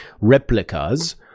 replicas